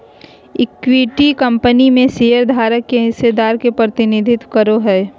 equity company में शेयरधारकों के हिस्सेदारी के प्रतिनिधित्व करो हइ